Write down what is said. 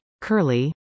curly